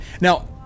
Now